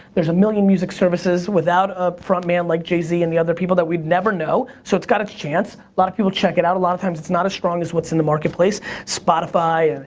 there's a million music-services without a frontman like jay z and the other people that we'd never know, so, it's got a chance. a lot of people check it out. a lot of times it's not as strong as what's in the marketplace. spotify,